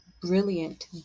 brilliant